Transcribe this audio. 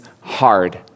hard